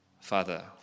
Father